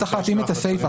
צריך להתאים את הסיפה,